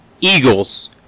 Eagles